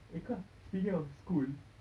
eh kau speaking of school